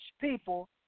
people